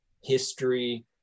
history